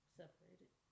separated